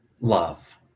love